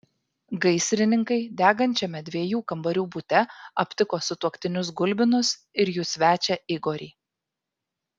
gaisrininkai degančiame dviejų kambarių bute aptiko sutuoktinius gulbinus ir jų svečią igorį